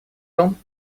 том